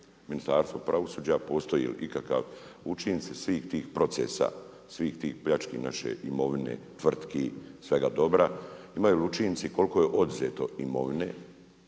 Ministarstvo pravosuđa, postoji li ikakav učinci svih tih procesa svih tih pljački naše imovine, tvrtki, svega dobro, imaju li učinci koliko je oduzeto imovine